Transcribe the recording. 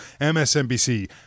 MSNBC